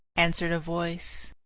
answered a voice.